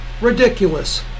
Ridiculous